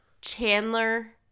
Chandler